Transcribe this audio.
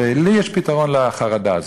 ולי יש פתרון לחרדה הזאת.